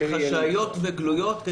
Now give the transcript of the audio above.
חשאיות וגלויות,